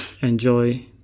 enjoy